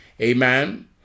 Amen